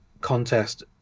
contest